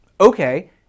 Okay